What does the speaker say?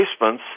placements